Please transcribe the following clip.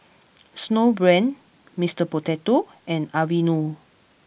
Snowbrand Mister Potato and Aveeno